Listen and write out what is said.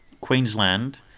Queensland